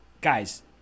Guys